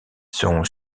son